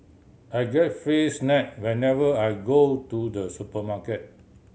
I get free snack whenever I go to the supermarket